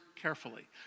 Carefully